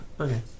Okay